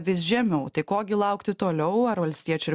vis žemiau tai ko gi laukti toliau ar valstiečių ir